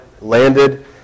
landed